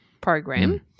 program